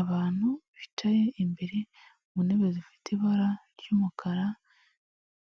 Abantu bicaye imbere mu ntebe zifite ibara ry'umukara,